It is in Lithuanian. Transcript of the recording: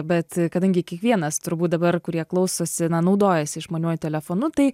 bet kadangi kiekvienas turbūt dabar kurie klausosi na naudojasi išmaniuoju telefonu tai